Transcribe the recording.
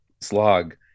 slog